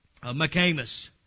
McCamus